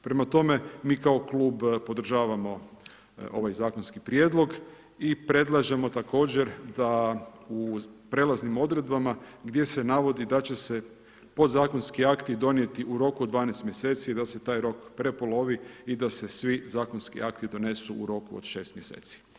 Prema tome, mi kao Klub podržavamo ovaj zakonski prijedlog i predlažemo također da u prelaznim odredbama gdje se navodi da će se podzakonski akti donijeti u roku od 12 mjeseci, da se taj rok prepolovi i da se svi zakonski akti donesu u roku od 6 mjeseci.